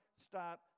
start